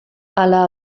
ala